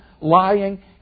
lying